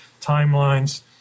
timelines